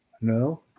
No